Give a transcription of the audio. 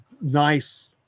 nice